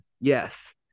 yes